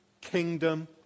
kingdom